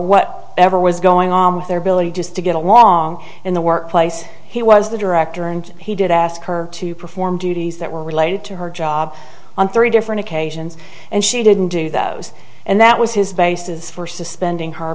what ever was going on their ability just to get along in the workplace he was the director and he did ask her to perform duties that were related to her job on three different occasions and she didn't do those and that was his basis for suspending her